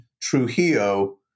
Trujillo